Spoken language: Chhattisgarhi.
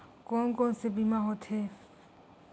कोन कोन से बीमा होथे?